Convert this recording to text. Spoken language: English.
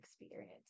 experience